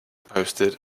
posted